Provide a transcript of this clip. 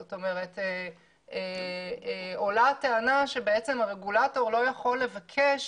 זאת אומרת, עולה הטענה שהרגולטור לא יכול לבקש